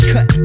Cut